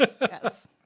Yes